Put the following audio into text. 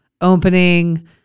opening